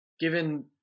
given